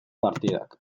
partidak